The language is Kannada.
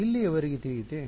ಇಲ್ಲಿಯವರೆಗೆ ತಿಳಿಯಿತೆ